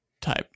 type